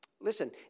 Listen